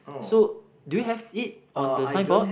so do you have it on the signboard